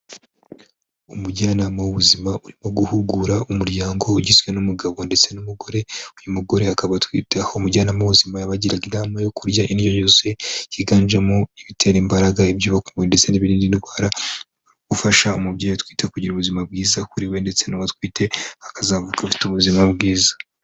Umujyanama w'ubuzima urimo guhugura umuryango ugizwe n'umugabo ndetse n'umugore. Uyu mugore akaba atwite. Umujyana w'ubuzima yabagiraga inama yo kurya indyo yuzuye yiganjemo ibitera imbaraga iby'ubaka umubiri ndetse n'ibirinda indwara byafasha umubyeyi utwite kugira ubuzima bwiza kuri we ndetse n'uwo atwite akazavuka afite ubuzima bwiza.